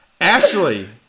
Ashley